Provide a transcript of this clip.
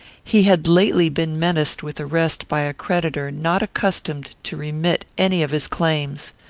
he had lately been menaced with arrest by a creditor not accustomed to remit any of his claims.